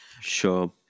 sure